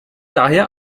daher